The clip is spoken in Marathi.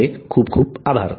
आपले खूप आभार